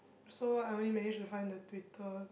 so I only managed to find the twitter